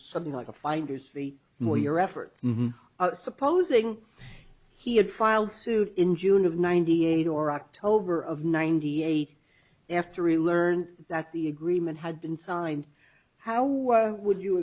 something like a finders fee more your efforts now supposing he had filed suit in june of ninety eight or october of ninety eight after e learned that the agreement had been signed how would you